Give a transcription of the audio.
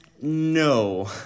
no